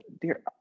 dear